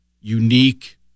unique